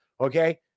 Okay